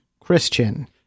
Christian